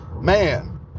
man